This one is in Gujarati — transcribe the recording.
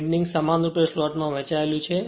વિન્ડિંગ સમાનરૂપે સ્લોટમાં વહેંચાયેલું છે